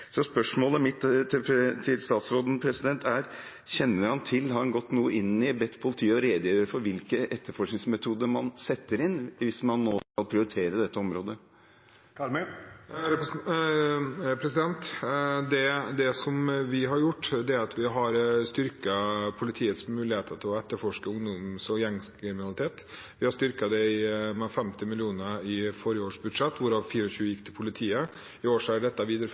Så spørsmålet mitt til statsråden er: Har han gått noe inn i og bedt politiet å redegjøre for hvilke etterforskningsmetoder man setter inn, hvis man nå skal prioritere dette området? Det som vi har gjort, er at vi har styrket politiets muligheter til å etterforske ungdoms- og gjengkriminalitet. Vi har styrket det med 50 mill. kr i forrige års budsjett, hvorav 24 mill. kr gikk til politiet. I år er dette videreført